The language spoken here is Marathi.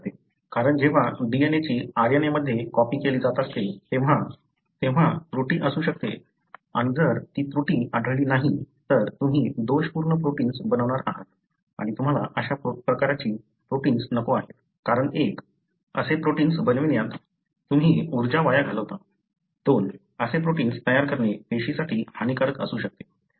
कारण जेव्हा DNA ची RNA मध्ये कॉपी केली जात असते तेव्हा त्रुटी असू शकते आणि जर ती त्रुटी आढळली नाही तर तुम्ही दोषपूर्ण प्रोटिन्स बनवणार आहात आणि तुम्हाला अशा प्रकारची प्रोटिन्स नको आहेत कारण एक असे प्रोटिन्स बनवण्यात तुम्ही ऊर्जा वाया घालवता दोन असे प्रोटिन्स तयार करणे पेशीसाठी हानिकारक असू शकते